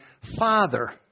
Father